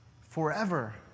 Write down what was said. forever